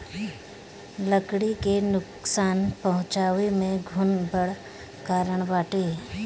लकड़ी के नुकसान पहुंचावे में घुन बड़ कारण बाटे